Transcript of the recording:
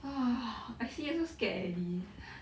!whoa! I see also scared already